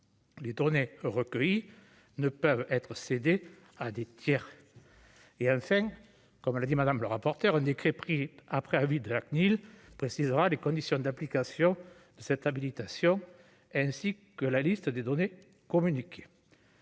les données recueillies ne peuvent être cédés à des tiers et, enfin, comme l'a dit Madame le rapporteur au décret pris après avis de la CNIL précisera les conditions d'application cette habilitation, ainsi que la liste des données communiquées.